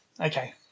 okay